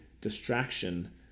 distraction